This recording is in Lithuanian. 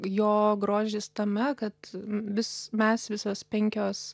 jo grožis tame kad vis mes visos penkios